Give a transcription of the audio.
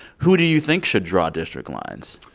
who do you think should draw district lines?